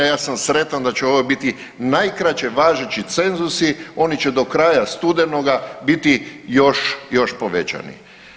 Ja sam sretan da će ovo biti najkraće važeći cenzusi, oni će do kraja studenoga biti još povećani.